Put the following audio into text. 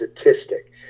statistic